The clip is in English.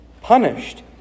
punished